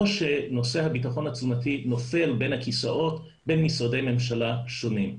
שנושא הבטחון התזונתי נופל בין הכיסאות בין משרדי ממשלה שונים.